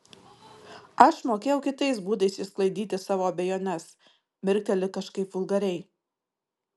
aš mokėjau kitais būdais išsklaidyti savo abejones mirkteli kažkaip vulgariai